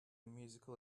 musical